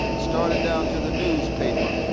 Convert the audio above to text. started down to the newspaper,